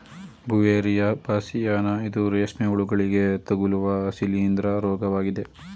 Beauveria bassiana ಇದು ರೇಷ್ಮೆ ಹುಳುಗಳಿಗೆ ತಗಲುವ ಶಿಲೀಂದ್ರ ರೋಗವಾಗಿದೆ